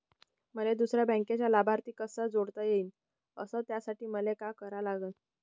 मले दुसऱ्या बँकेचा लाभार्थी कसा जोडता येईन, अस त्यासाठी मले का करा लागन?